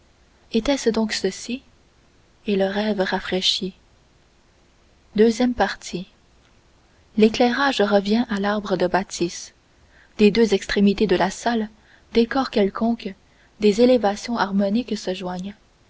était-ce donc ceci et le rêve fraîchit ii l'éclairage revient à l'arbre de bâtisse des deux extrémités de la salle décors quelconques des élévations harmoniques se joignent